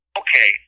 okay